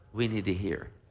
we need to hear.